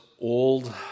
old